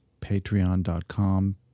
patreon.com